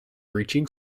reaching